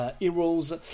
Heroes